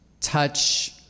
touch